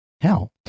hell